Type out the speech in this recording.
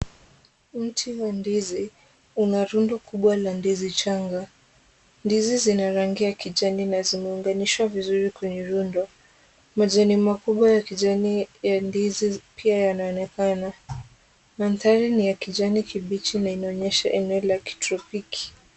Mti wa ndizi una rundo kubwa la ndizi changa. Ndizi zina rangi ya kijani na zimeunganishwa vizuri kwenye rundo. Majani makubwa ya kijani ya ndizi pia yanaonekana. Mandhari ni ya kijani kibichi na inaonyesha eneo la kitropiki.